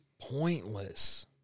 pointless